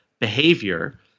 behavior